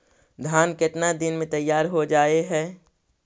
धान केतना दिन में तैयार हो जाय है?